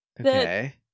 Okay